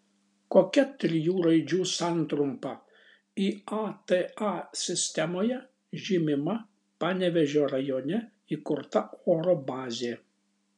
kokia trijų raidžių santrumpa iata sistemoje žymima panevėžio rajone įkurta oro bazė